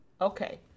Okay